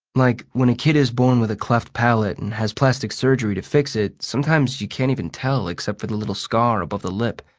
like when a kid is born with a cleft palate and has plastic surgery to fix it sometimes you can't can't even tell except for the little scar above the lip.